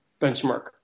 benchmark